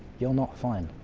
you're not fine.